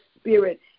spirit